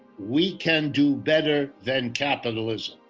we can do better than capitlaism.